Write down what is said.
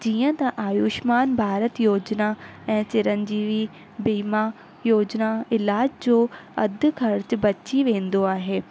जीअं त आयुष्मान भारत योजना ऐं चिरंजीवी बीमा योजना इलाज जो अधु ख़र्चु बची वेंदो आहे